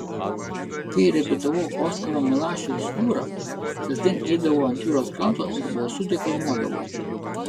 kai repetavau oskaro milašiaus jūrą kasdien eidavau ant jūros kranto ir balsu deklamuodavau